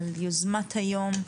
על יוזמת היום.